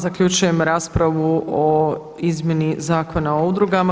Zaključujem raspravu o izmjeni Zakona o udrugama.